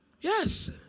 Yes